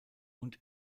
und